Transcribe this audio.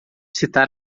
citar